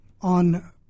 on